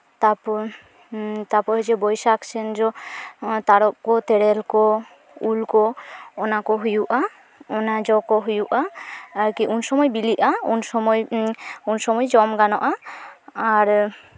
ᱛᱟᱨᱯᱚᱨ ᱛᱟᱨᱯᱚᱨ ᱦᱤᱡᱩᱜᱼᱟ ᱵᱟᱹᱭᱥᱟᱹᱠᱷ ᱥᱮᱱ ᱡᱚᱜᱼᱟ ᱛᱟᱨᱚᱵᱽ ᱠᱚ ᱛᱮᱨᱮᱞ ᱠᱚ ᱩᱞ ᱠᱚ ᱚᱱᱟ ᱠᱚ ᱦᱩᱭᱩᱜᱼᱟ ᱚᱱᱟ ᱡᱚ ᱠᱚ ᱦᱩᱭᱩᱜᱼᱟ ᱟᱨᱠᱤ ᱩᱱ ᱥᱚᱢᱚᱭ ᱵᱤᱞᱤᱜᱼᱟ ᱩᱱ ᱥᱚᱢᱚᱭ ᱡᱚᱢ ᱜᱟᱱᱚᱜᱼᱟ ᱟᱨ